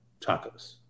tacos